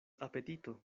apetito